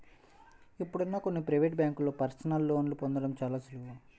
ఇప్పుడు కొన్ని ప్రవేటు బ్యేంకుల్లో పర్సనల్ లోన్ని పొందడం చాలా సులువు